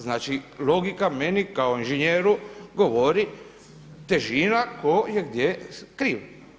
Znači, logika meni kao inženjeru govori težina tko je gdje kriv.